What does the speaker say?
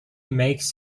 makes